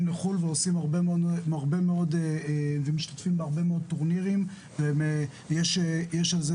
לחו"ל ומשתתפים בהרבה מאוד טורנירים ויש על זה,